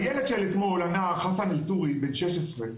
הנער בן 16,